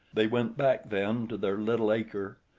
they went back then to their little acre,